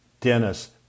Dennis